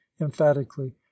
emphatically